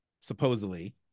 supposedly